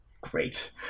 great